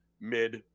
mid